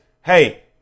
hey